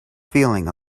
feeling